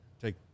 Take